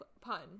pun